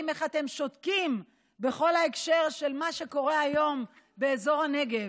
איך אתם שותקים בכל ההקשר של מה שקורה היום באזור הנגב.